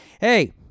Hey